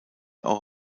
auch